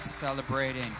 celebrating